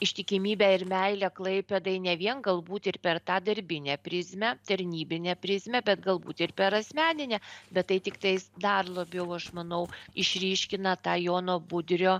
ištikimybę ir meilę klaipėdai ne vien galbūt ir per tą darbinę prizmę tarnybinę prizmę bet galbūt ir per asmeninę bet tai tiktais dar labiau aš manau išryškina tą jono budrio